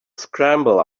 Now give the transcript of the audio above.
scramble